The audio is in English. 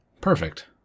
Perfect